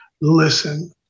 Listen